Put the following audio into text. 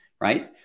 right